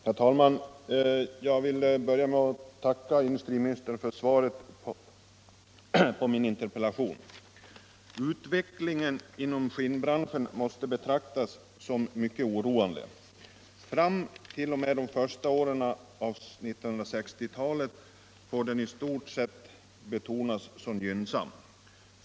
Herr talman! Jag vill börja med att tacka industriministern för svaret på min interpellation. Utvecklingen inom skinnbranschen måste betecknas som mycket oroande. T. o. m de första åren av 1960-talet får den i stort benämnas som gynnsam.